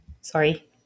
Sorry